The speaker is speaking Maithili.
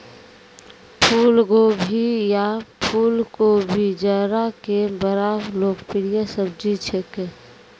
फुलगोभी या फुलकोबी जाड़ा के बड़ा लोकप्रिय सब्जी छेकै